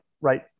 right